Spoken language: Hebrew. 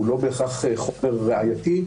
והוא לא בהכרח חומר ראייתי,